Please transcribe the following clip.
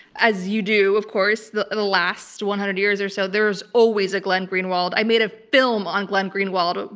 as you do of course, the last one hundred years or so, there's always a glenn greenwald. i made a film on glenn greenwald.